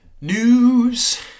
news